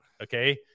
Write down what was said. okay